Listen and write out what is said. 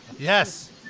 Yes